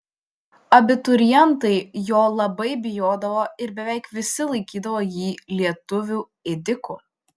abiturientai jo labai bijodavo ir beveik visi laikydavo jį lietuvių ėdiku